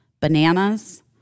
Bananas